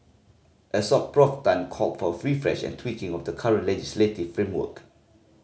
Assoc Prof Tan called for a refresh and tweaking of the current legislative framework